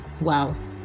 wow